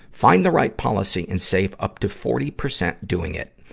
find the right policy, and save up to forty percent doing it.